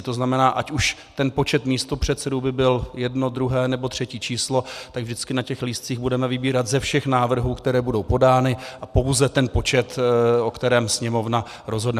To znamená, že ať už počet místopředsedů by byl jedno, druhé nebo třetí číslo, tak vždycky na těch lístcích budeme vybírat ze všech návrhů, které budou podány, a pouze ten počet, o kterém Sněmovna rozhodne.